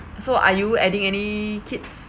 so are you adding any kids